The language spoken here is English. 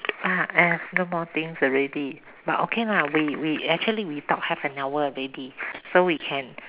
ah I have no more things already but okay lah we we actually we talk half an hour already so we can